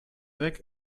weg